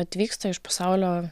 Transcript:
atvyksta iš pasaulio